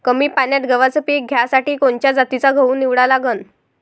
कमी पान्यात गव्हाचं पीक घ्यासाठी कोनच्या जातीचा गहू निवडा लागन?